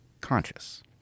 conscious